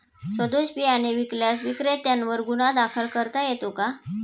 सदोष बियाणे विकल्यास विक्रेत्यांवर गुन्हा दाखल करता येतो का?